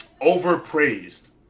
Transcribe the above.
overpraised